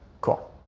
Cool